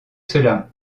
cela